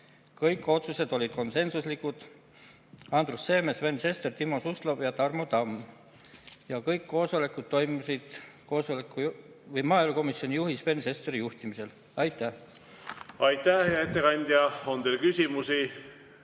Kõik otsused olid konsensuslikud: Andrus Seeme, Sven Sester, Timo Suslov ja Tarmo Tamm. Kõik koosolekud toimusid maaelukomisjoni juhi Sven Sesteri juhtimisel. Aitäh! Aitäh, hea ettekandja! Kas on küsimusi?